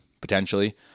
potentially